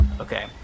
Okay